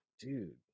Dude